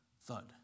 thud